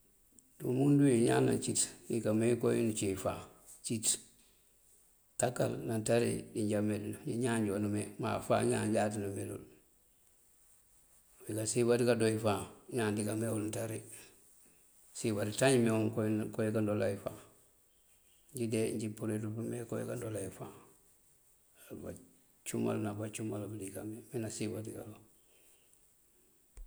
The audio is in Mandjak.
Umundu wí ñaan naŋ cíţ nikamee wí koowí mëncí wí fáan cíţ. Takal ná nţari dijá mee duŋ dí ñaan doon mee má fáan ñaan jáaţ nëmee dul. Wí nasiyën baţí kadoo wí fáan ñaan dika mee wul nţari. Nasiyën baţí ţañ mee wuŋ koowí kandoola wí fáan. Njí de njí purirëţ pëmee koowí kandoola wí fáan. Bacumal ná bacamal budi kamee me nasiyën baţí kalon.